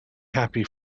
happy